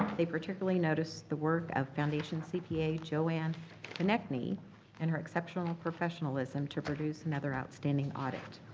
they particularly noticed the work of foundation cpa joann konecny and her exceptional professionalism to produce another outstanding audit.